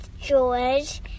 George